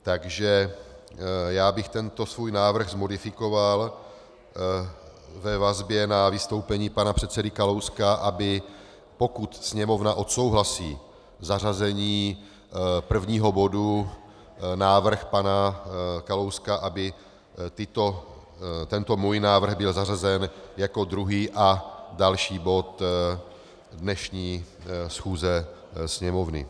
Takže já bych tento svůj návrh modifikoval ve vazbě na vystoupení pana předsedy Kalouska, aby pokud Sněmovna odsouhlasí zařazení prvního bodu návrh pana Kalouska, aby tento můj návrh byl zařazen jako druhý a další bod dnešní schůze Sněmovny.